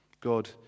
God